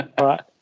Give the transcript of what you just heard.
Right